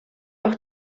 auch